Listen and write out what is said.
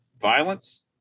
violence